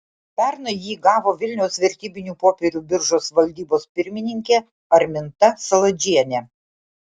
pernai jį gavo vilniaus vertybinių popierių biržos valdybos pirmininkė arminta saladžienė